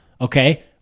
okay